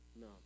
No